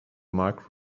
mark